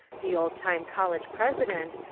the old-time college president,